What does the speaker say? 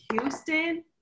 Houston